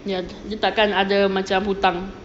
ya dia takkan ada macam hutang